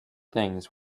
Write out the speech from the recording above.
things